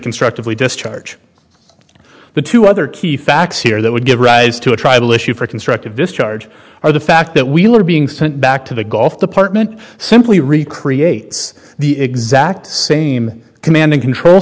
constructively discharge the two other key facts here that would give rise to a tribal issue for constructive discharge or the fact that we were being sent back to the gulf department simply recreates the exact same command and control